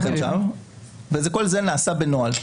כל זה נעשה בנוהל,